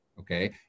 Okay